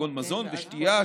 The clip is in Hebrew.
כגון מזון ושתייה,